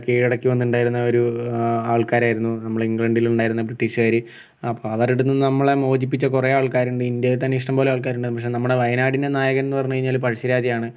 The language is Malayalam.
കീഴടക്കി വന്നിട്ടുണ്ടായിരുന്ന ഒരു ആൾക്കാരായിരുന്നു നമ്മൾ ഇംഗ്ലണ്ടിൽ ഉണ്ടായിരുന്ന ബ്രിട്ടീഷ്ക്കാർ അപ്പോൾ അവരടുത്തിന്ന് നമ്മളെ മോചിപ്പിച്ച കുറെ ആൾക്കാരുണ്ട് ഇന്ത്യയിൽ തന്നെ ഇഷ്ടം പോലെ ആൾക്കാരുണ്ടാവും പക്ഷേ നമ്മുടെ വയനാടിൻ്റെ നായകൻ എന്നുപറഞ്ഞാൽ പഴശ്ശിരാജയാണ്